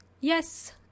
yes